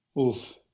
Oof